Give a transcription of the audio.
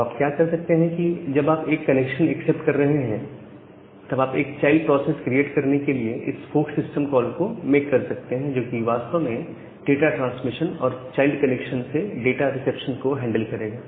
अब आप क्या कर सकते हैं कि जब आप एक कनेक्शन एक्सेप्ट कर रहे हैं तब आप एक चाइल्ड प्रोसेस क्रिएट करने के लिए इस फोर्क सिस्टम कॉल को मेक कर सकते हैं जो क्योंकि वास्तव में डाटा ट्रांसमिशन और एक चाइल्ड कनेक्शन से डाटा रिसेप्शन को हैंडल करेगा